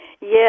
Yes